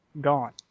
gone